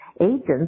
agents